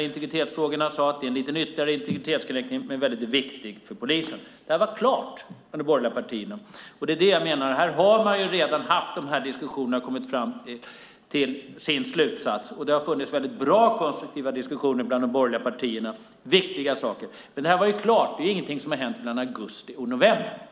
integritetsfrågorna hårt sade att det är en liten ytterligare integritetskränkning men väldigt viktig för polisen. Det här var klart bland de borgerliga partierna, och det är det jag menar: Man har redan haft de här diskussionerna och kommit fram till sin slutsats. Det har funnits väldigt och konstruktiva diskussioner bland de borgerliga partierna om dessa viktiga saker. Det var klart; det är ingenting som har hänt mellan augusti och november.